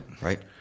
right